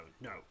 No